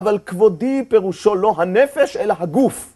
אבל כבודי פירושו לא הנפש, אלא הגוף.